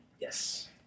Yes